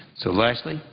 so lastly,